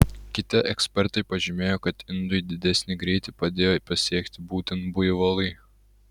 kiti ekspertai pažymėjo kad indui didesnį greitį padėjo pasiekti būtent buivolai